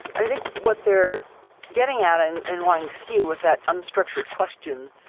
i think what they're getting at and and wanting to see with that unstructured question,